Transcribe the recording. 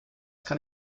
kann